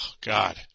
God